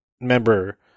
member